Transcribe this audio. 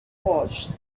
watched